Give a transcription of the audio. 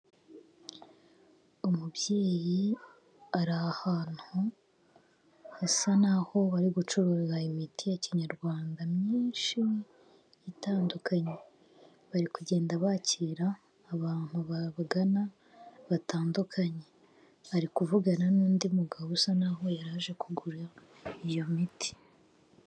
Umubyeyi ari ahantu hasa n'aho bari gucuruza imiti ya Kinyarwanda myinshi itandukanye. Bari kugenda bakira abantu babagana batandukanye, bari kuvugana n'undi mugabo usa n'aho yari aje kugura iyo miti.